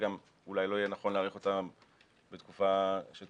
וגם אולי לא יהיה נכון להאריך אותה בתקופה שתבוא,